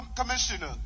commissioner